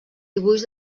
dibuix